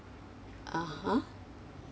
(uh huh)